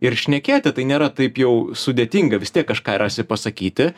ir šnekėti tai nėra taip jau sudėtinga vis tiek kažką rasi pasakyti